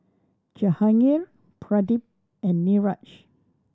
Jahangir Pradip and Niraj